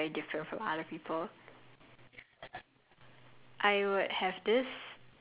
okay my my as you know my definition of fun very different from other people